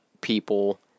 people